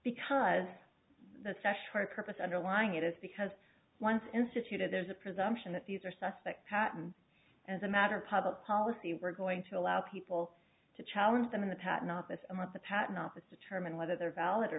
hard purpose underlying it is because once instituted there's a presumption that these are suspect patent as a matter of public policy we're going to allow people to challenge them in the patent office with the patent office determine whether they're valid or